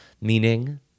meaning